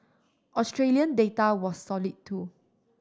Australian data was solid too